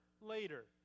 later